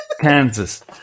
Kansas